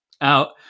out